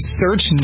search